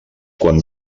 quan